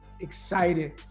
excited